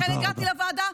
לכן הגעתי לוועדה.